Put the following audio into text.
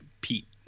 Pete